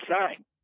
sign